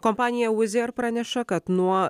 kompanija wizz air praneša kad nuo